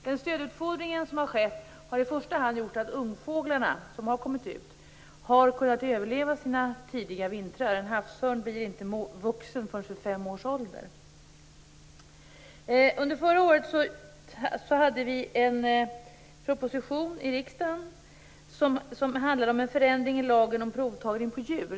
Den stödutfodring som har skett har i första hand gjort att ungfåglarna har kunnat överleva sina tidiga vintrar. En havsörn blir inte vuxen förrän vid fem års ålder. Under förra året hade vi en proposition i riksdagen som handlade om en förändring i lagen om provtagning på djur.